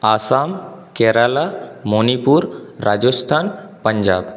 Assam Kerala Manipur Rajasthan Punjab